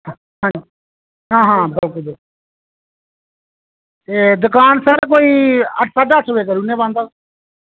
हां हां बिल्कुल बिल्कुल ए दुकान सर कोई अट्ठ साड्डे अट्ठ बजे करूने बंद